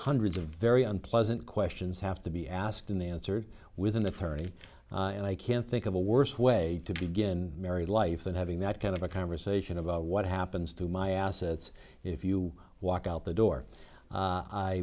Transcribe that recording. hundreds of very unpleasant questions have to be asked in the answer with an attorney and i can't think of a worse way to begin married life than having that kind of a conversation about what happens to my assets if you walk out the door